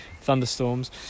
thunderstorms